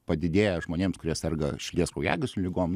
padidėja žmonėms kurie serga širdies kraujagyslių ligom